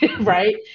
right